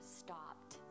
stopped